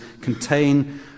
contain